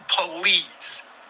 police